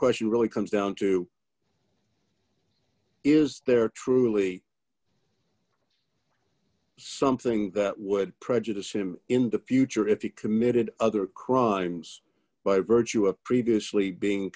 question really comes down to is there truly are something that would prejudice him in the future if he committed other crimes by virtue of previously being